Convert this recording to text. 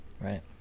Right